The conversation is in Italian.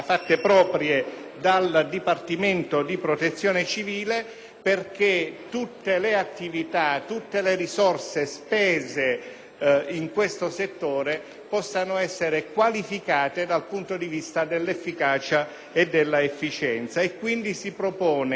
perché tutte le attività e le risorse spese in questo settore possano essere qualificate dal punto di vista dell'efficacia e dell'efficienza. La nostra proposta, dunque, è di fissare un percorso operativo